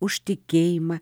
už tikėjimą